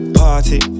party